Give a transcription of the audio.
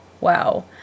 Wow